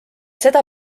seda